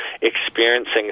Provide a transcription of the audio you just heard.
experiencing